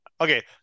okay